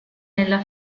nella